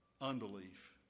unbelief